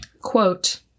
Quote